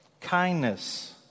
kindness